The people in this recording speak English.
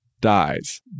dies